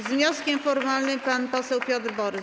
Z wnioskiem formalnym pan poseł Piotr Borys.